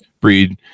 breed